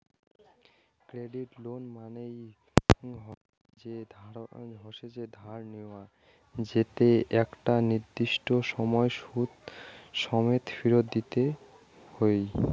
credit লওয়া মানে হসে যে ধার নেয়া যেতো একটা নির্দিষ্ট সময় সুদ সমেত ফেরত দিতে হই